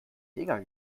finger